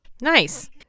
Nice